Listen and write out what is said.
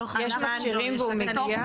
יש מכשירים והוא מגיע,